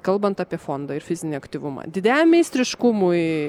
kalbant apie fondą ir fizinį aktyvumą didejam meistriškumui